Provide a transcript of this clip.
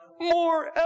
more